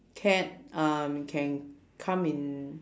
cat um can come in